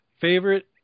Favorite